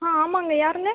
ஆ ஆமாங்க யாருங்க